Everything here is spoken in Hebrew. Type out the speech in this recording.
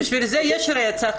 רצח,